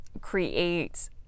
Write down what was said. create